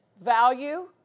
value